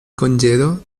congedo